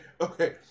okay